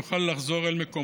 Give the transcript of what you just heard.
הוא יוכל לחזור אל מקומו,